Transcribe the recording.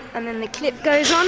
and then the clip goes on